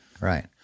right